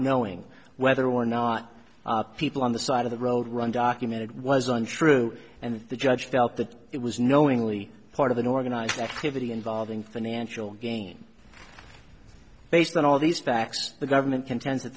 knowing whether or not people on the side of the road run documented was untrue and if the judge felt that it was knowingly part of an organized activity involving financial gain based on all these facts the government contends that